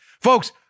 Folks